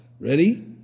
Ready